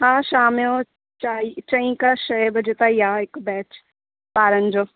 मां शाम जो चाइ चईं का छह बजे ताईं आहे हिक बैच ॿारनि जो